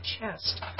chest